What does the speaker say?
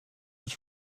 was